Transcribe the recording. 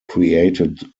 created